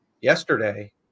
yesterday